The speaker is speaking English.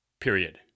Period